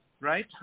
right